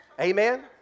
Amen